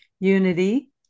unity